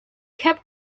kept